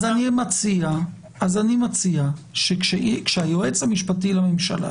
אז אני מציע שכשהיועץ המשפטי לממשלה